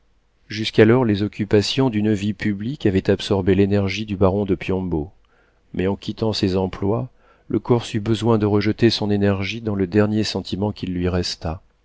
jusqu'alors les occupations d'une vie publique avaient absorbé l'énergie du baron de piombo mais en quittant ses emplois le corse eut besoin de rejeter son énergie dans le dernier sentiment qui lui restât